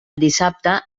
dissabte